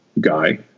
guy